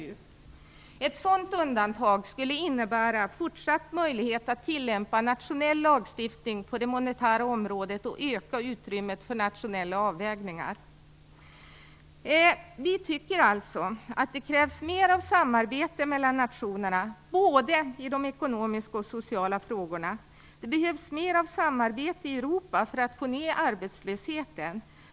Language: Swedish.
Ett sådant undantag skulle innebära fortsatt möjlighet att tillämpa nationell lagstiftning på det monetära området och öka utrymmet för nationella avvägningar. Vi tycker alltså att det krävs mer samarbete mellan nationerna i både de ekonomiska och de sociala frågorna. Det behövs mer samarbete i Europa för att få ned arbetslösheten.